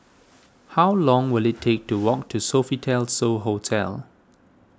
how long will it take to walk to Sofitel So Hotel